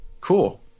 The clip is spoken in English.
Cool